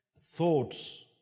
thoughts